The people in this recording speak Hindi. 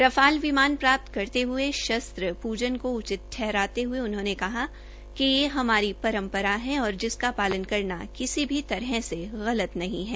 रफाल विमान प्राप्त करते हुये शस्त्र पूजा को उचित ठहराते हुये उन्होंने कहा कि यह हमारी परम्परा है जिसका पालन करना किसी भी तरह से गतल नहीं है